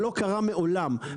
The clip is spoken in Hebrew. לא יחזיקו פה מעמד,